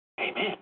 Amen